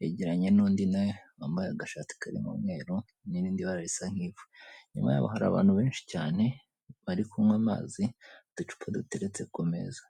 yegeranye n'undi nawe wambaye agashati karimo umweru n'irindi bara risa nk'ivu, inyuma yabo hari abantu benshi cyane bari kunywa amazi, uducupa duteretse ku meza.